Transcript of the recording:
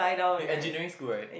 you engineering school right